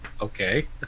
okay